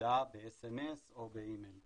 הודעה באס.אמ.אס או באימייל,